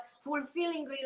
fulfilling